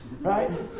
Right